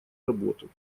работу